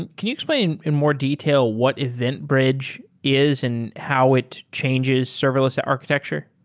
and can you explain in more detail what event bridge is and how it changes serverless architecture?